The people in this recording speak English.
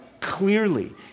clearly